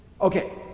okay